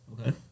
Okay